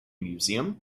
museum